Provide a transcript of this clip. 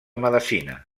medicina